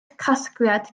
casgliad